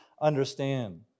understand